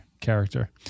character